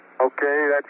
okay